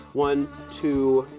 one, two,